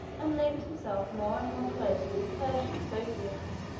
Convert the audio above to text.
and linked himself more and more closely with persian associates.